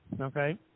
okay